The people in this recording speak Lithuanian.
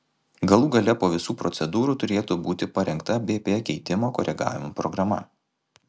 galų gale po visų procedūrų turėtų būti parengta bp keitimo koregavimo programa